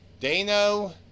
Dano